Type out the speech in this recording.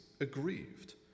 aggrieved